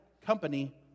company